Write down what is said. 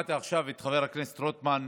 ושמעתי עכשיו את חבר הכנסת רוטמן,